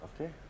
Okay